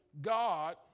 God